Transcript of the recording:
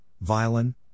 Violin